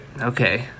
Okay